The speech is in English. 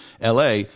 LA